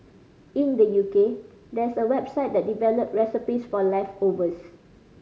in the U K there's a website that develop recipes for leftovers